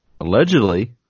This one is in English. Allegedly